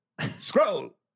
Scroll